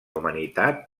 humanitat